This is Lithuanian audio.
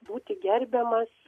būti gerbiamas